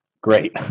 great